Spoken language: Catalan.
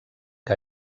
que